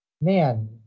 Man